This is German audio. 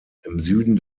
süden